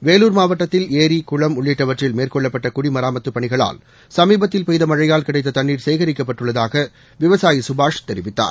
வேலூர் மாவட்டத்தில் ஏரி குளம் உள்ளிட்டவற்றில் மேற்கொள்ளப்பட்ட குடிமராமத்துப் பணிகளால் சமீபத்தில் பெய்த மழையால் கிடைத்த தண்ணீர் சேகரிக்கப்பட்டுள்ளதாக விவசாயி சுபாஷ் தெரிவித்தார்